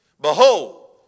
Behold